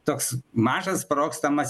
toks mažas sprogstamas